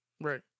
Right